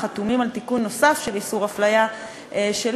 חתומים על תיקון נוסף של איסור הפליה שלי,